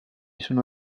sono